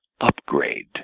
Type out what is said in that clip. upgrade